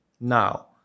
now